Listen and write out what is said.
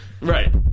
Right